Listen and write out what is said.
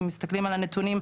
אם מסתכלים על הנתונים,